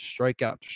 strikeout